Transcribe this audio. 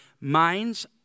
minds